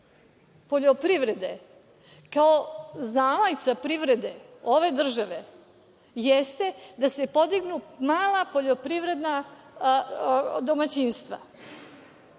poljoprivrede, kao zamajca privrede ove države, jeste da se podignu mala poljoprivredna domaćinstva.Zašto